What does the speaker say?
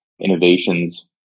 innovations